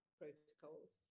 protocols